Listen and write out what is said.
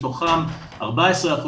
מתוכם 14%,